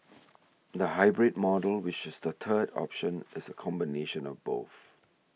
the hybrid model which is the third option is a combination of both